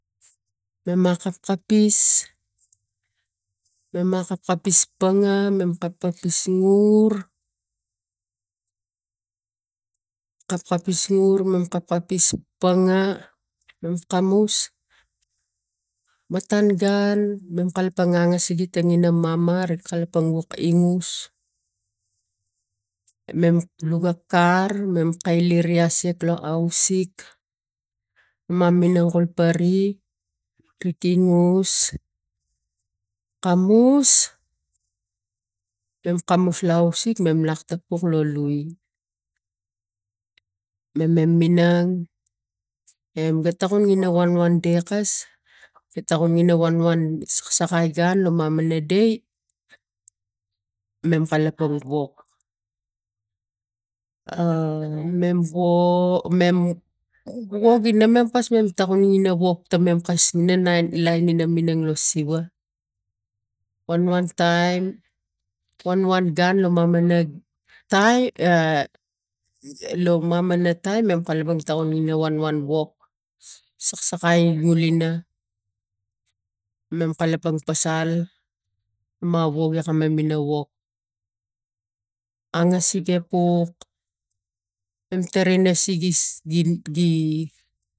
Mema kapkapis mema kapkapis panga meme kkap kapis nur kapkapis panga mem kamus matan gunn mem kalapang angasik tenginana mama ri kalapang singus mem luga kar mem kaile asek lo ausik mam minang kul pari pikingus kamus mem kamus lo ausik mem topuk lo lui me meng minang em gatokum ina wanwan dekas ga tokum ina wanwan saksakai gun lo mamana dai mem kalapang wok a mem mwok o mem woge na mem pas mem takum ina wok tamen kasi nina nai lain minang lo siva wanwan taim wanawan gun lo mamang taim lo amamana taim mam kalapang tau ina wanwan wok sakakai gulina mem kalapang pasal ma wokek akamana ina wok angasik e kuk mem tere nasigis gi